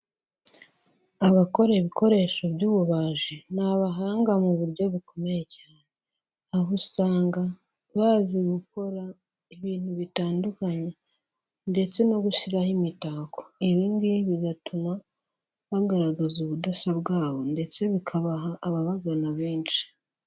Abakora ibikoresho by'ububaji, ni abahanga mu buryo bukomeye cyane, aho usanga bazi gukora ibintu bitandukanye ndetse no gushyiraho imitako, ibi ngibi bigatuma bagaragaza ubudasa bwabo ndetse bikabaha ababagana benshi.